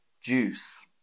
juice